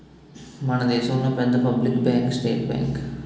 మన దేశంలో పెద్ద పబ్లిక్ బ్యాంకు స్టేట్ బ్యాంకు